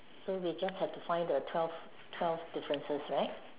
so we just have to find the twelve the twelve differences right